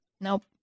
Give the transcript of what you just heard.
Nope